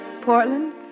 Portland